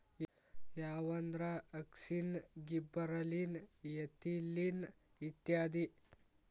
ಯಾವಂದ್ರ auxin, gibberellin, ethylene ಇತ್ಯಾದಿ